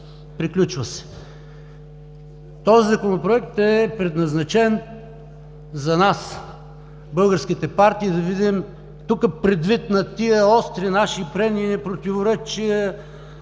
приключва се. Този Законопроект е предназначен за нас – българските партии, да видим предвид на тези остри наши прения, противоречия,